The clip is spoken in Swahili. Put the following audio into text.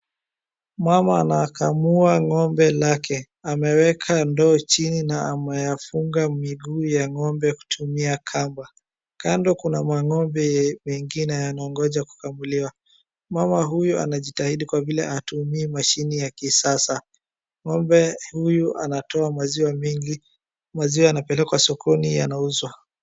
Mama anakamua ng'ombe lake ameweka ndo chini na ameyafunga miguu ya ng'ombe kutumia kamba. Kando kuna ng'ombe wengine wanangoja kukamuliwa. Mama huyu anajitahidi kwa vile hatumii mashine ya kisasa, ng'ombe huyu anatoa maziwa mengi ,maziwa yanapelekwa sokoni yanauzwa.